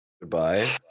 Goodbye